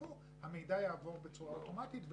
המידע יעבור בצורה אוטומטית.